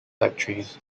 factories